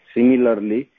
Similarly